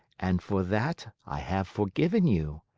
and for that i have forgiven you.